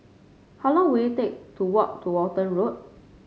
how long will it take to walk to Walton Road